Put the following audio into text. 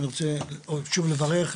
אני רוצה שוב לברך,